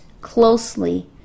closely